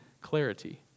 clarity